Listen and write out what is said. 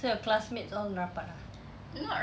so your classmates all rapat ah